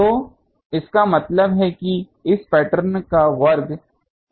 तो इसका मतलब है कि इस पैटर्न का वर्ग पावर पैटर्न होगा